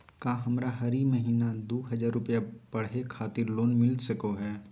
का हमरा हरी महीना दू हज़ार रुपया पढ़े खातिर लोन मिलता सको है?